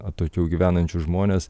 atokiau gyvenančius žmones